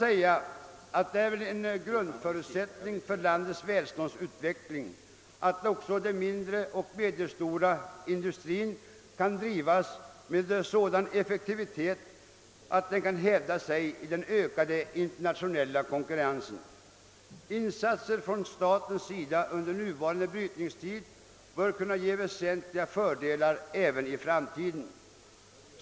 Det torde vara en grundförutsättning för landets välståndsutveckling att också den mindre och medelstora industrin kan drivas med en sådan effektivitet att den kan hävda sig i den ökade internationella konkurrensen. Insatser från statens sida under nuvarande brytningstid bör kunna ge väsentliga fördelar även i framtiden.